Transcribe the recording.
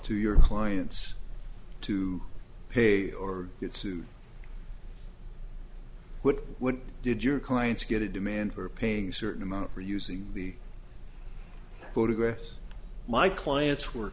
to your clients to pay or get sued what would did your clients get a demand for paying certain amount for using the photograph my clients were